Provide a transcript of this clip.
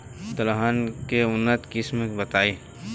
दलहन के उन्नत किस्म बताई?